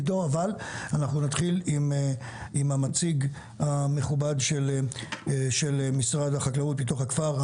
אבל אנחנו נתחיל עם המציג המכובד של משרד החקלאות ופיתוח הכפר,